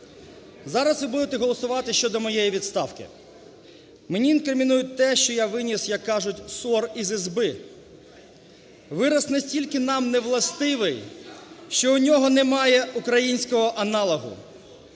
Зараз ви будете голосувати щодо моєї відставки. Мені інкримінують те, що я виніс, як кажуть, "сор из избы". Вираз настільки нам не властивий, що в нього немає українського аналогу.